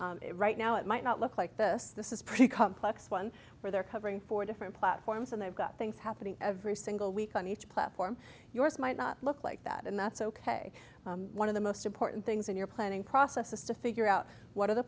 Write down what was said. week right now it might not look like this this is pretty complex one where they're covering four different platforms and they've got things happening every single week on each platform yours might not look like that and that's ok one of the most important things in your planning process is to figure out what